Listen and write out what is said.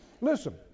Listen